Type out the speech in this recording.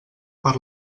per